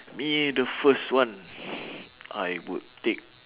me the first one I would take